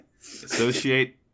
Associate